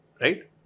right